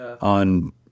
on